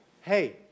hey